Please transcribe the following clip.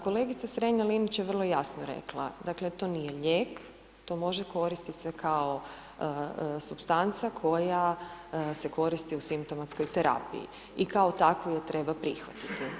Kolegica Strenja Linić je vrlo jasno rekla, dakle to nije lijek to može koristit se kao supstanca koja se koristi u simptomatskoj terapiji i kako takvu je treba prihvatiti.